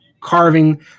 carving